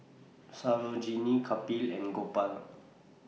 Sarojini Kapil and Gopal